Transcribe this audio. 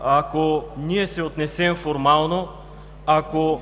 ако ние се отнесем формално, ако